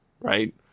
right